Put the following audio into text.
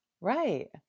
right